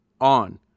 on